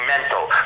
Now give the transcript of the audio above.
mental